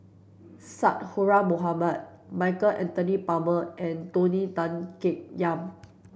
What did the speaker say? Mohamed Michael Anthony Palmer and Tony Tan Keng Yam